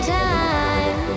time